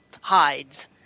hides